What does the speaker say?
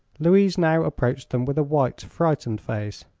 louise now approached them with a white, frightened face.